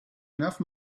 enough